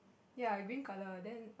ya green colour then